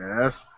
Yes